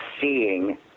seeing